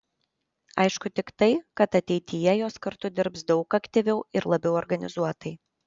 aišku tik tai kad ateityje jos kartu dirbs daug aktyviau ir labiau organizuotai